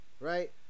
Right